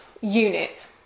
Unit